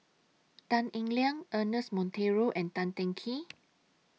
Tan Eng Liang Ernest Monteiro and Tan Teng Kee